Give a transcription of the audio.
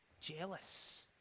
jealous